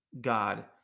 God